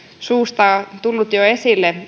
suusta on tullut jo esille